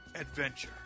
adventure